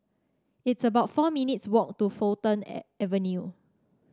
it's about four minutes' walk to Fulton A Avenue